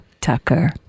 Tucker